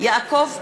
יעקב פרי,